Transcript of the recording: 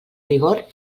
rigor